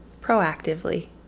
proactively